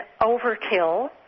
overkill